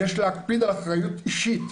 יש להקפיד על אחריות אישית.